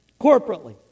corporately